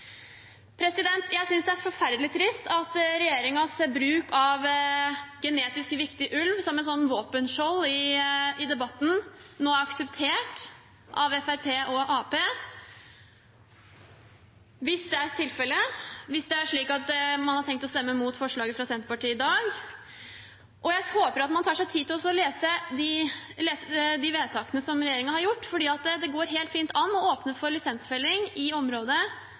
Jeg synes det er forferdelig trist at regjeringens bruk av «genetisk viktig ulv» som et slags våpenskjold i debatten nå er akseptert av Fremskrittspartiet og Arbeiderpartiet. Hvis det er tilfellet, hvis det er slik at man har tenkt å stemme mot forslaget fra Senterpartiet i dag, håper jeg at man tar seg tid til å lese de vedtakene som regjeringen har gjort, for det går helt fint an å åpne for lisensfelling i det området